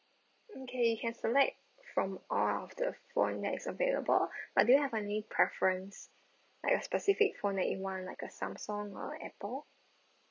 okay you can select from all of the phone that is available but do you have any preference like a specific phone that you want like a Samsung or apple